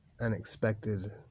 unexpected